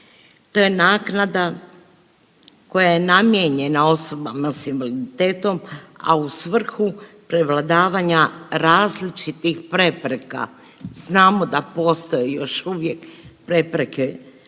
To je naknada koja je namijenjena osobama s invaliditetom, a u svrhu prevladavanja različitih prepreka. Znamo da postoje još uvijek prepreke